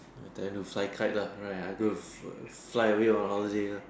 I plan to fly kite lah right I go fly away on holiday lah